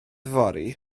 yfory